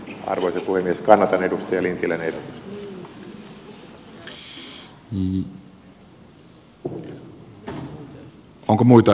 kannatan edustaja lintilän ehdotusta